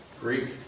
Greek